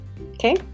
okay